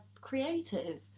creative